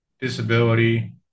disability